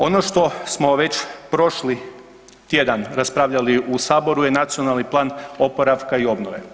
Ono što smo već prošli tjedan raspravljali u Saboru je nacionalni plan oporavka i obnove.